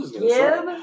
give